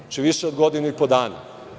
Znači, više od godinu i po dana.